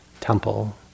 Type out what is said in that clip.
Temple